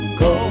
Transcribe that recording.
go